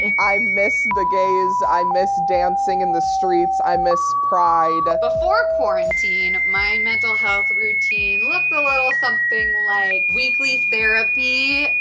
and i miss the gays. i miss dancing in the streets. i miss pride. before quarantine, my mental health routine looked a little something like weekly therapy.